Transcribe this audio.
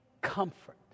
comfort